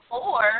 Four